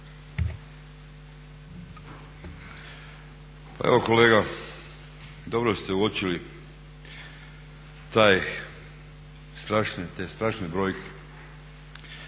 Pa evo kolega, dobro ste uočili taj strašni,